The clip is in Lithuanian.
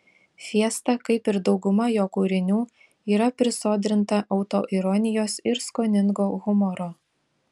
fiesta kaip ir dauguma jo kūrinių yra prisodrinta autoironijos ir skoningo humoro